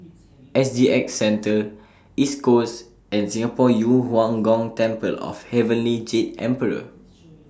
S G X Centre East Coast and Singapore Yu Huang Gong Temple of Heavenly Jade Emperor